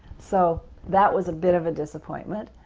so that was a bit of a disappointment,